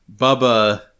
Bubba